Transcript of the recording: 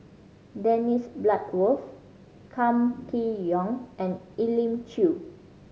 Dennis Bloodworth Kam Kee Yong and Elim Chew